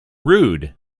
rude